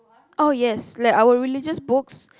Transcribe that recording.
oh yes like our religious books